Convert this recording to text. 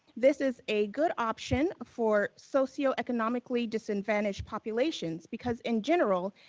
this is a good option for socio-economically disadvantaged populations, because in general,